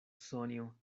sonjo